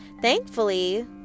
Thankfully